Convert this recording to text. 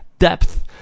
depth